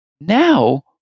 Now